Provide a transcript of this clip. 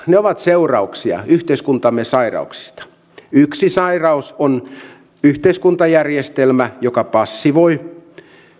ne ovat seurauksia yhteiskuntamme sairauksista yksi sairaus on yhteiskuntajärjestelmä joka passivoi